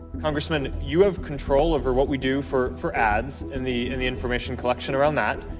congressman, you have control over what we do for for ads and the and the information collection around that.